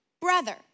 brother